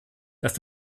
dass